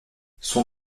son